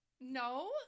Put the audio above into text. No